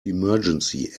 emergency